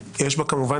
מהאופוזיציה?